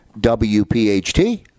WPHT